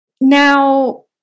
Now